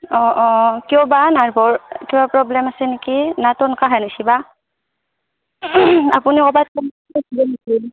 অঁ অঁ কিয়বা নাৰ্ভৰ কিবা প্ৰব্লেম আছে নেকি না তুনকা হানচি বা আপুনি ক'বাত